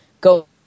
go